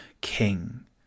king